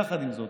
יחד עם זאת,